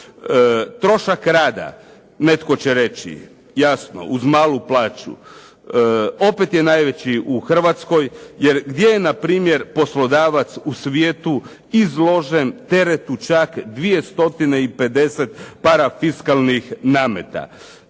Trošak rada netko će reći jasno uz malu plaću opet je najveći u Hrvatskoj jer gdje je na primjer poslodavac u svijetu izložen teretu čak 2 stotine i 50 parafiskalnih nameta,